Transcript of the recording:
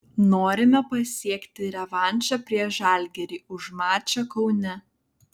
norime pasiekti revanšą prieš žalgirį už mačą kaune